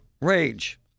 rage